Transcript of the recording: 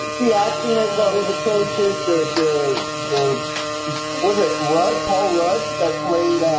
the acting i thought was atrocious the the was a rug paul rudd that played